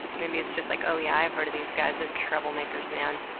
maybe it's just like oh yeah i've heard of these guys, they're troublemakers, man.